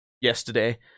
yesterday